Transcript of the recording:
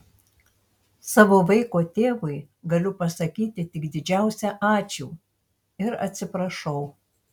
savo vaiko tėvui galiu pasakyti tik didžiausią ačiū ir atsiprašau